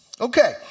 Okay